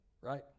right